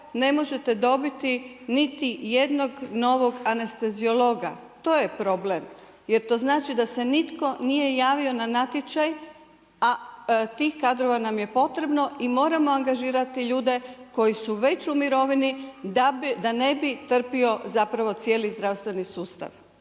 ne možete dobiti niti jednog novog anesteziologa. To je problem, jer to znači da se nitko nije javio na natječaj, a tih kadrova nam je potrebno i moramo angažirati ljude koji su već u mirovini da ne bi trpio cijeli zdravstveni sustav.